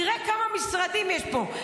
תראה כמה משרדים יש פה.